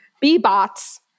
B-bots